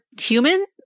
human